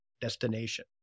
destination